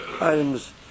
items